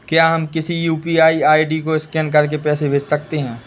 क्या हम किसी यू.पी.आई आई.डी को स्कैन करके पैसे भेज सकते हैं?